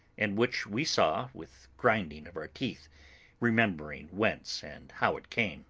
and which we saw with grinding of our teeth remembering whence and how it came